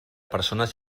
persones